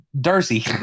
Darcy